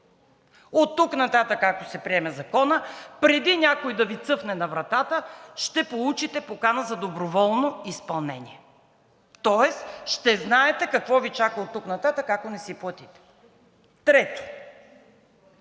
Оттук нататък, ако се приеме Законът, преди някой да Ви цъфне на вратата, ще получите покана за доброволно изпълнение. Тоест ще знаете какво Ви чака от тук нататък, ако не си платите. Трето,